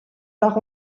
par